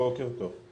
בוקר טוב.